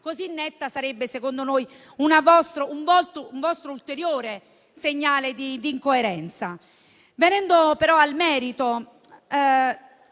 così netta sarebbe, secondo noi, un vostro ulteriore segnale di incoerenza. Venendo però al merito,